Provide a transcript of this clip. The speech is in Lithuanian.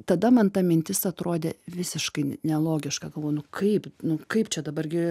tada man ta mintis atrodė visiškai nelogiška galvoju nu kaip nu kaip čia dabar gi